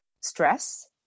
stress